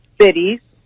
cities